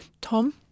Tom